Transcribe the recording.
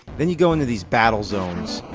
then you go into these battle zones.